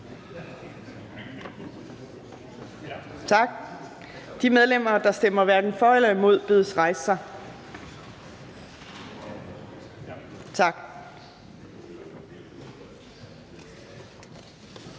Tak. De medlemmer, der stemmer hverken for eller imod, bedes rejse sig. Tak.